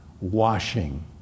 washing